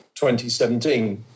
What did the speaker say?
2017